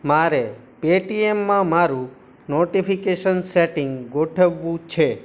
મારે પે ટી ઍમમાં મારું નોટિફિકેશન સૅટિંગ ગોઠવવું છે